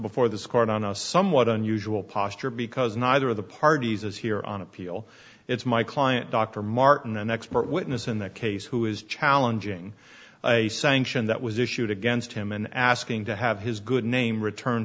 before this court on a somewhat unusual posture because neither of the parties is here on appeal it's my client dr martin an expert witness in the case who is challenging a sanction that was issued against him in asking to have his good name returned